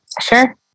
sure